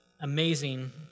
amazing